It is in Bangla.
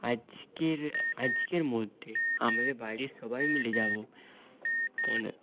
আজকের আজকের মধ্যে আমাদের বাড়ির সবাই মিলে যাবো কেন